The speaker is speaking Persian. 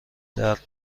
درد